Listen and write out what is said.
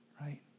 right